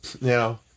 Now